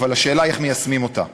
אבל השאלה היא איך מיישמים אותה.